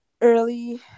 early